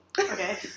Okay